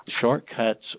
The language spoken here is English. shortcuts